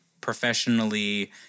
professionally